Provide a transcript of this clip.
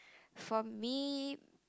for me